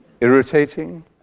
irritating